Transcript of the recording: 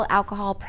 alcohol